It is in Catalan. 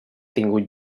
tingut